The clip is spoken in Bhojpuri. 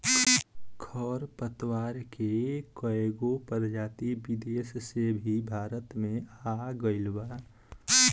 खर पतवार के कएगो प्रजाति विदेश से भी भारत मे आ गइल बा